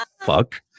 Fuck